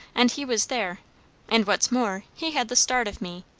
and he was there and what's more, he had the start of me,